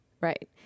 Right